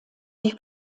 die